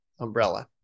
umbrella